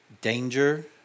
danger